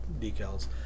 decals